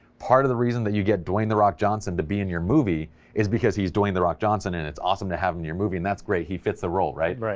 part of the reason that you get dwayne the rock johnson to be in your movie is, because he's doing the rock johnson and it's awesome to have him in your movie, and that's great, he fits the role right, right,